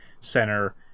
Center